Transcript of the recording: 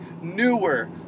newer